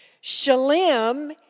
Shalem